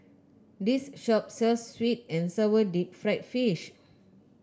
this shop sells sweet and sour Deep Fried Fish